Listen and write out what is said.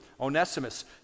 Onesimus